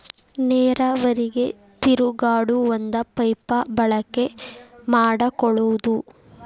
ನೇರಾವರಿಗೆ ತಿರುಗಾಡು ಒಂದ ಪೈಪ ಬಳಕೆ ಮಾಡಕೊಳುದು